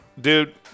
Dude